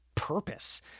purpose